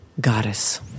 goddess